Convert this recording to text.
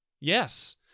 yes